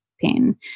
pain